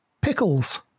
pickles